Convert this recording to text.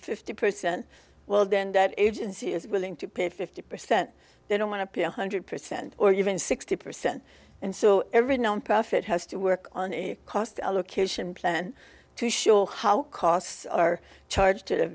fifty percent well then that agency is willing to pay fifty percent they don't want to pay one hundred percent or even sixty percent and so every nonprofit has to work on a cost allocation plan to show how costs are charged to